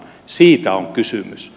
siitä on kysymys